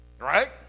Right